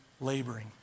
laboring